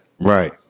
Right